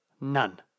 None